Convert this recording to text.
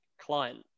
client